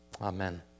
Amen